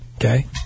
Okay